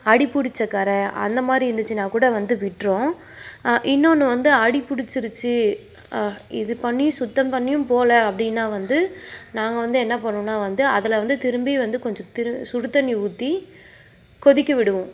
அடி பிடிச்ச கறை அந்த மாதிரி இருந்துச்சுனா கூட வந்து விட்டுடும் இன்னொன்று வந்து அடி பிடிச்சிருச்சு இது பண்ணியும் சுத்தம் பண்ணியும் போகல அப்படின்னா வந்து நாங்கள் வந்து என்ன பண்ணுவோன்னால் வந்து அதில் வந்து திரும்பி வந்து கொஞ்சம் சுடு தண்ணி ஊற்றி கொதிக்க விடுவோம்